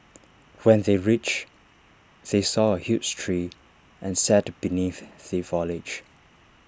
when they reached they saw A huge tree and sat beneath the foliage